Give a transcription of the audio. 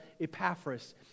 Epaphras